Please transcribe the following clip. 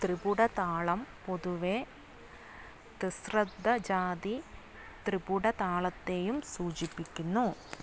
ത്രിപുടതാളം പൊതുവെ തിസ്രധ ജാതി ത്രിപുടതാളത്തെയും സൂചിപ്പിക്കുന്നു